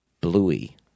Bluey